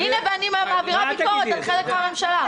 --- הנה, ואני מעבירה ביקורת על חלק מהממשלה.